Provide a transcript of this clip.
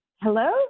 Hello